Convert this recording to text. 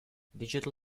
digital